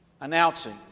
Announcing